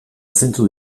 zeintzuk